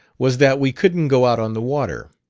was that we couldn't go out on the water.